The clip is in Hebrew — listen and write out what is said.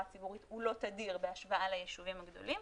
הציבורית הוא לא תדיר בהשוואה ליישובים הגדולים,